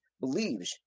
believes